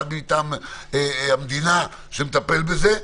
אחד מטעם המדינה שמטפל בזה,